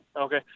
Okay